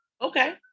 okay